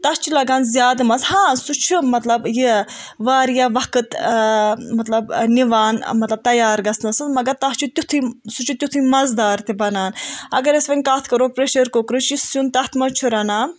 تَتھ چھُ لگان زیادٕ مَزٕ ہا سُہ چھُ مطلب یہِ واریاہ وقت مطلب نِوان مطلب تیار گَژھنس مگر تَتھ چھُ تیتھے سُہ چھُ تیُتھٕے مَزٕدار تہِ گَژھان اگر أسۍ وۄنۍ کَتھ کَرو پریشر کُکرٕچ یُس سیُن تَتھ منٛز چھِ رنان